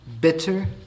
bitter